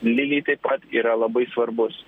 lygiai taip pat yra labai svarbus